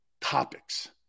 topics